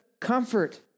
comfort